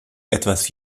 etwas